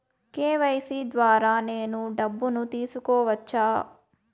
KYC ద్వారా నేను డబ్బును తీసుకోవచ్చా?